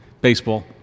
baseball